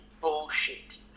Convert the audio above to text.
Bullshit